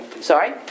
Sorry